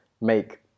make